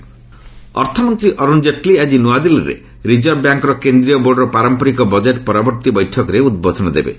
Jaitley RBI ଅର୍ଥମନ୍ତ୍ରୀ ଅରୁଣ ଜେଟ୍ଲୀ ଆଜି ନୂଆଦିଲ୍ଲୀରେ ରିଜର୍ଭ ବ୍ୟାଙ୍କର କେନ୍ଦ୍ରୀୟ ବୋର୍ଡର ପାରମ୍ପରିକ ବଜେଟ୍ ପରବର୍ତ୍ତୀ ବୈଠକରେ ଉଦ୍ବୋଧନ ଦେବେ